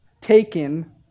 taken